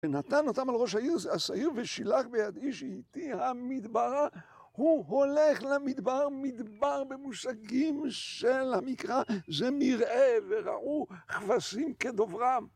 נתן אותם על ראש השעיר, ושילח ביד איש עיתי המדברה. הוא הולך למדבר, מדבר במושגים של המקרא. זה מרעה ורעו כבשים כדוברם.